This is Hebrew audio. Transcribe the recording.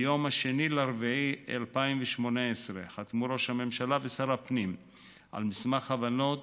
ב-2 באפריל 2018 חתמו ראש הממשלה ושר הפנים על מסמך הבנות